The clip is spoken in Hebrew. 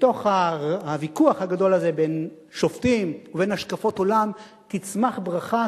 מתוך הוויכוח הגדול הזה בין שופטים ובין השקפות עולם תצמח ברכה,